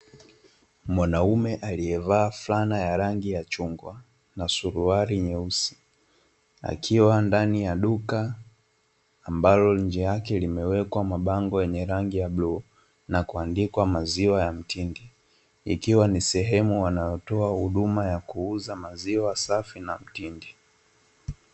Mwanume aliyevaa fulana ya rangi ya chungwa na suruali nyeusi, akiwa ndani ya duka ambalo nje yake limewekwa mabango yenye rangi ya bluu, na kuandikwa "maziwa ya mtindi" ,ikiwa ni sehemu wanayotoa huduma ya kuuza maziwa safi na mtindi.